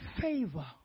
favor